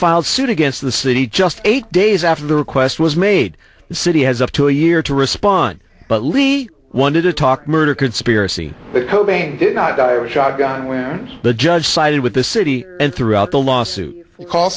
filed suit against the city just eight days after the request was made the city has up to a year to respond but lee wanted to talk murder conspiracy shotgun the judge sided with the city and throughout the lawsuit call